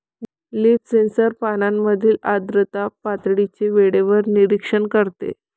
leaf sensor पानांमधील आर्द्रता पातळीचे वेळेवर निरीक्षण करते